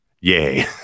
Yay